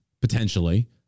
Potentially